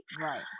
right